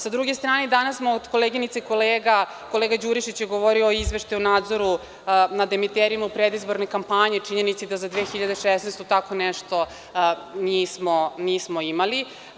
Sa druge strane, danas smo od koleginica i kolega, kolega Đurišić je govorio o izveštaju i nadzoru nad emiterima u predizbornoj kampanji, činjenici da za 2016. godinu tako nešto nismo imali.